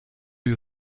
you